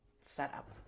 setup